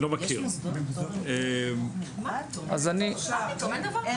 אני לא מכיר כיתות של חינוך מיוחד במוסדות.